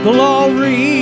Glory